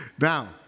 Now